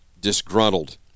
disgruntled